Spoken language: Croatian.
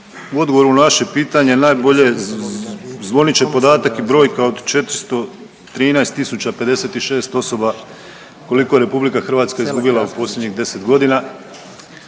u odgovoru na naše pitanje najbolje zvonit će podatak i brojka od 413 tisuća 56 osoba koliko je RH izgubila u posljednjih 10.g.,